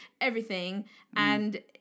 everything—and